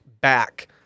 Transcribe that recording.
back